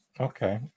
Okay